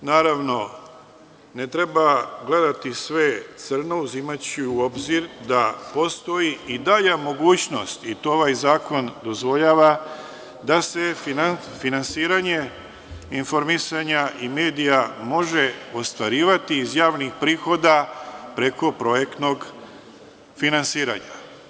Ali, naravno, ne treba gledati sve crno, uzimajući u obzir da postoji i dalja mogućnost, i to ovaj zakon dozvoljava, da se finansiranje informisanja i medija može ostvarivati iz javnih prihoda preko projektnog finansiranja.